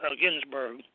Ginsburg